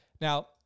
Now